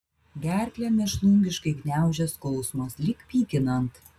gerklę mėšlungiškai gniaužė skausmas lyg pykinant